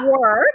work